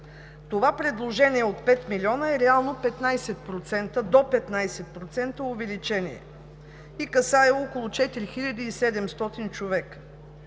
Това предложение от 5 млн. лв. е реално до 15% увеличение и касае около 4700 човека.